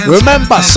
Remember